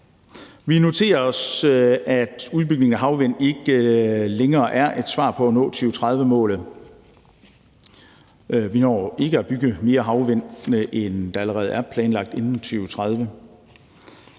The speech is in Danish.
Vi noterer os, at udbygningen af havvind ikke længere er et svar på at nå 2030-målet. Vi når ikke at bygge mere havvind, end der allerede er planlagt, inden 2030.